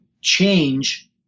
change